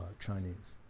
chinese.